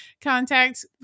contact